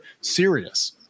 serious